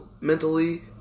mentally